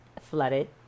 flooded